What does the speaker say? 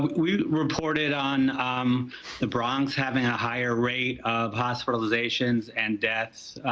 we reported on um the bronx having a higher rate of hospitalizations and deaths